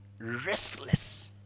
Restless